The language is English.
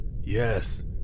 Yes